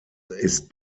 ist